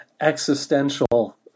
existential